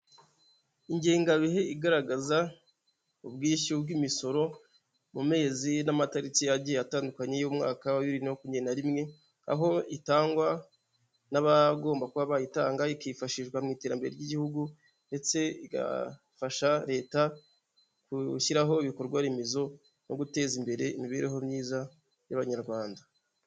Ingengabihe igaragaza ubwishyu bw'imisoro mu mezi n'amatariki agiye atandukanye y'umwaka wa bibiri na makumyabiri na rimwe, aho itangwa n'abagomba kuba bayitanga ikifashishwa mu iterambere ry'Igihugu ndetse igafasha Leta gushyiraho ibikorwa remezo no guteza imbere imibereho myiza y'Abanyarwanda.